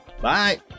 Bye